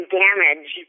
damage